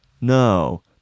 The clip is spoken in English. No